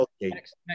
next